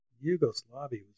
Yugoslavia